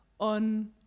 on